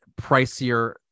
pricier